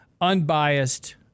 unbiased